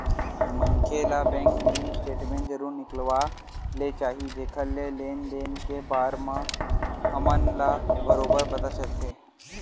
मनखे ल bank mini statement जरूर निकलवा ले चाही जेखर ले लेन देन के बार म हमन ल बरोबर पता चलथे